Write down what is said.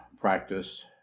practice